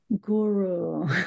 guru